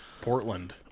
Portland